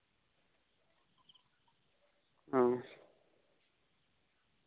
ᱚ